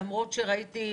למרות שראיתי,